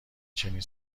چنین